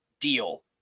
deal